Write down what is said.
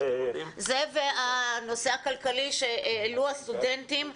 זה והנושא הכלכלי שהעלו הסטודנטים.